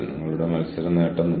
അതിനാൽ കൺസൾട്ടിംഗ്